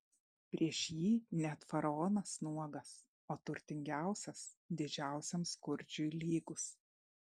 prieš jį net faraonas nuogas o turtingiausias didžiausiam skurdžiui lygus